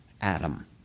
Adam